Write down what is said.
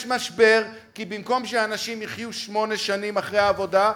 יש משבר כי במקום שאנשים יחיו שמונה שנים אחרי סיום העבודה,